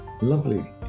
lovely